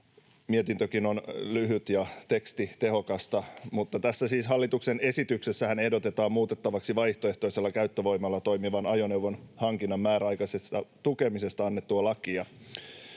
mietintökin on lyhyt ja teksti tehokasta. Tässä hallituksen esityksessähän ehdotetaan muutettavaksi vaihtoehtoisella käyttövoimalla toimivan ajoneuvon hankinnan määräaikaisesta tukemisesta annettua lakia.